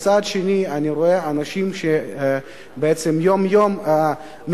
ומהצד השני אני רואה אנשים שיום-יום מתעסקים